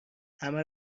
همه